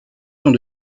sont